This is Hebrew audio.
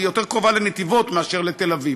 היא יותר קרובה לנתיבות מאשר לתל-אביב,